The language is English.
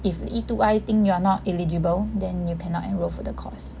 if E two I think you are not eligible then you cannot enrol for the course